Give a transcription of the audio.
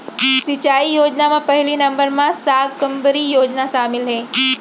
सिंचई योजना म पहिली नंबर म साकम्बरी योजना सामिल हे